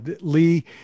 Lee